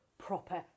Proper